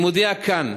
אני מודיע כאן: